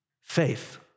Faith